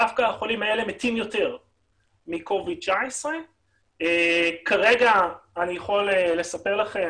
דווקא החולים האלה מתים יותר מ- 19-COVID. כרגע אני יכול לספר לכם